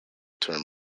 term